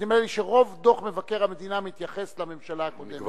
נדמה לי שרוב דוח מבקר המדינה מתייחס לממשלה הקודמת.